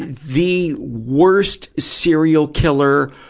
the worst serial killer,